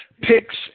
picks